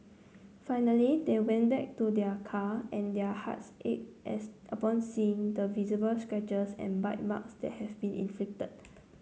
finally they went back to their car and their hearts ached as upon seeing the visible scratches and bite marks that have been inflicted